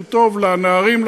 שהוא טוב לנערים,